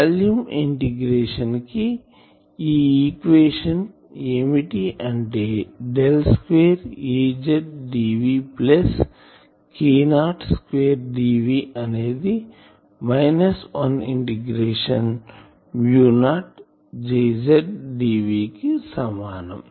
volume integration కి equation ఏమిటి అంటే del square Azdv plus Ko square dv అనేది minus 1 integration mu naught Jzdv కు సమానం